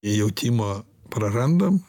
į jautimo prarandam